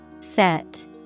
Set